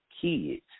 kids